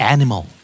Animal